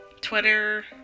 Twitter